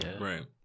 Right